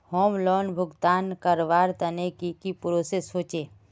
Home loan भुगतान करवार तने की की प्रोसेस होचे?